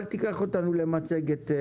אל תיקח אותנו למצגת.